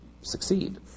succeed